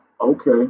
okay